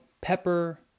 pepper